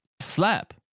slap